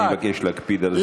אני מבקש להקפיד על הזמן.